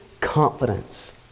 confidence